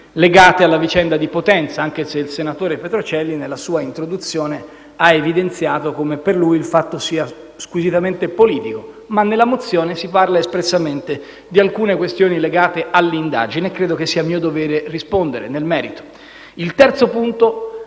connesse alla vicenda di Potenza. Anche se il senatore Petrocelli, nella sua introduzione, ha evidenziato come per lui il fatto sia squisitamente politico, nella mozione si parla espressamente di alcune questioni legate all'indagine e credo sia mio dovere rispondere nel merito). Il terzo punto,